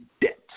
debt